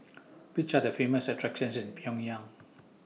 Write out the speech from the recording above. Which Are The Famous attractions in Pyongyang